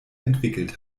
entwickelt